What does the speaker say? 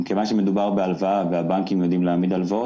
מכיוון שמדובר בהלוואה והבנקים יודעים להעמיד הלוואות